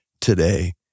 today